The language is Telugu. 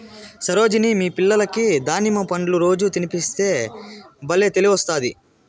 సరోజిని మీ పిల్లలకి దానిమ్మ పండ్లు రోజూ తినిపిస్తే బల్లే తెలివొస్తాది